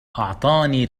أعطاني